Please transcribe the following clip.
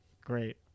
Great